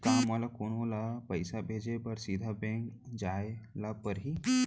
का मोला कोनो ल पइसा भेजे बर सीधा बैंक जाय ला परही?